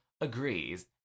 agrees